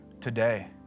today